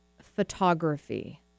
photography